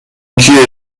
کیه